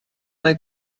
mae